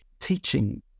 teaching